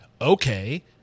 Okay